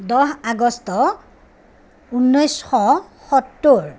দহ আগষ্ট ঊনৈছশ সত্তৰ